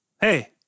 Hey